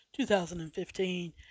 2015